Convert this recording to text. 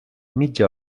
mitja